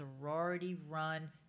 sorority-run